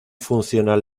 funcional